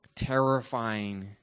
terrifying